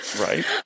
right